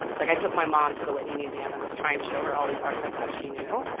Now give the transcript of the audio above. like, i took my mom to the whitney museum and was trying to show her all these artists i thought she knew,